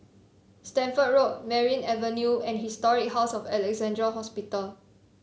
Stamford Road Merryn Avenue and Historic House of Alexandra Hospital